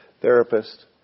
therapist